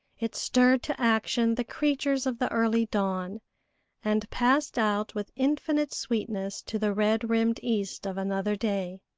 it stirred to action the creatures of the early dawn and passed out with infinite sweetness to the red-rimmed east of another day.